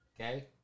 Okay